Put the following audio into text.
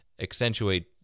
accentuate